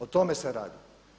O tome se radi.